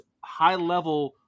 high-level –